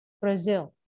Brazil